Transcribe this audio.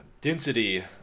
Density